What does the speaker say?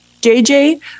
JJ